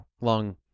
long